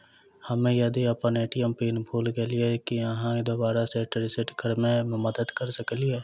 हम्मे यदि अप्पन ए.टी.एम पिन भूल गेलियै, की अहाँ दोबारा सेट रिसेट करैमे मदद करऽ सकलिये?